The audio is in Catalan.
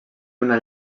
una